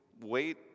wait